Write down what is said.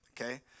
okay